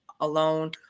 alone